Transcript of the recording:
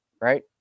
right